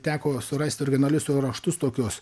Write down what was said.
teko surasti originalius raštus tokius